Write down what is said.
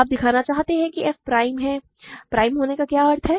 आप दिखाना चाहते हैं कि f प्राइम है प्राइम होने का क्या अर्थ है